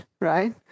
right